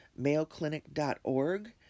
mayoclinic.org